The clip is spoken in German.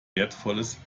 wertvolles